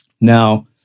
Now